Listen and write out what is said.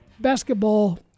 basketball